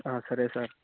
సరే సార్